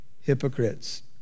hypocrites